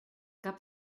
cap